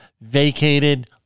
vacated